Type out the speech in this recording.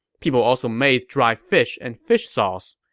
people also made dried fish and fish sauce.